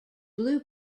blue